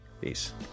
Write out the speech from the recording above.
Peace